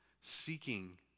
seeking